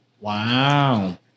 Wow